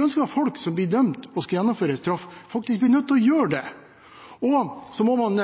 ønsker at folk som blir dømt og skal gjennomføre en straff, faktisk blir nødt til å gjøre det. Og så må man,